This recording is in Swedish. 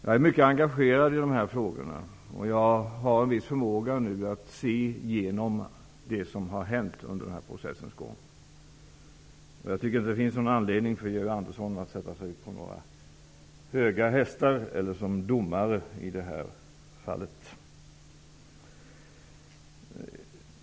Jag är mycket engagerad i dessa frågor. Jag har en viss förmåga att se igenom vad som har hänt under processens gång. Det finns inte någon anledning för Georg Andersson att sätta sig på några höga hästar eller som domare i det här fallet.